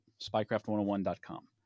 spycraft101.com